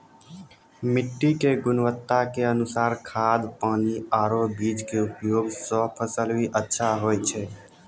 मिट्टी के गुणवत्ता के अनुसार खाद, पानी आरो बीज के उपयोग सॅ फसल भी अच्छा होय छै